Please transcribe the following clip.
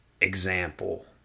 example